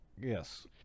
Yes